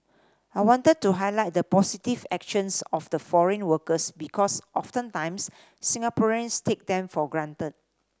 I wanted to highlight the positive actions of the foreign workers because oftentimes Singaporeans take them for granted